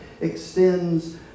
extends